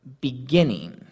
beginning